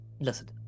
listen